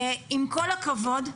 עם כל הכבוד,